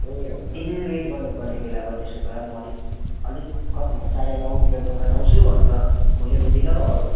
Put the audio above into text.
ए एकछिन वेट गर्नु पर्ने बेला त्यसो भए म अलिक अलिक कति म साढे नौतिर दोकान आउँछु अन्त खोलेको हुँदैन हो